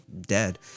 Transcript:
dead